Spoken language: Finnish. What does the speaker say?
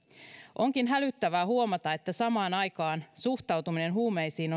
onkin hälyttävää huomata että samaan aikaan suhtautuminen huumeisiin